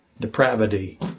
depravity